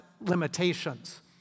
limitations